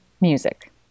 music